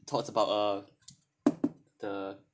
thoughts about uh the